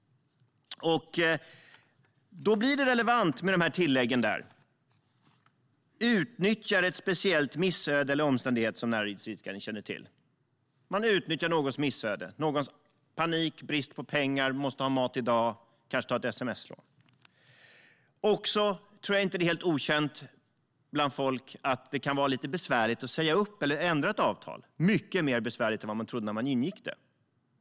Då blir detta tillägg relevant: utnyttjar ett speciellt missöde eller en speciell omständighet som näringsidkaren känner till. Någons missöde, panik och brist på pengar utnyttjas. Man måste ha mat i dag och kanske tar ett sms-lån. Jag tror inte att det är helt okänt bland folk att det kan vara lite besvärligt att säga upp eller ändra ett avtal, mycket besvärligare än vad man trodde när man ingick det.